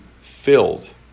filled